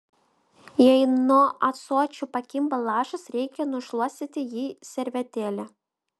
jei nuo ąsočio pakimba lašas reikia nušluostyti jį servetėle